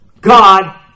God